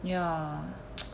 ya